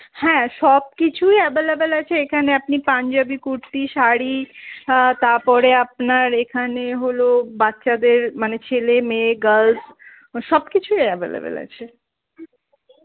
হ্যাঁ সব কিছুই আভেলেবেল আছে এখানে আপনি পাঞ্জাবি কুর্তি শাড়ি তারপরে আপনার এখানে হলো বাচ্চাদের মানে ছেলে মেয়ে গার্লস সব কিছুই অ্যাভেলেবেল আছে